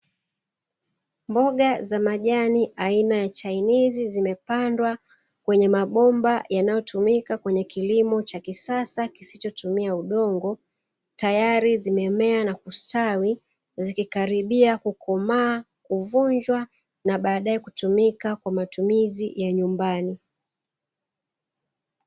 Mboga za majani aina ya chainizi, zimepandwa kwenye mabomba yanayotumika kwenye kilimo cha kisasa kisichotumia udongo, tayari zimemea na kustawi, zikikaribia kukomaa, kuvunjwa na baadaye kutumika kwa matumizi ya nyumbani.